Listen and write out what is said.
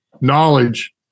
knowledge